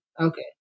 Okay